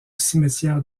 cimetière